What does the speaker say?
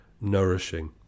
nourishing